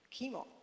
chemo